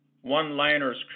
one-liners